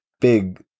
big